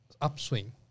upswing